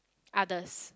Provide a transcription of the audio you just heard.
others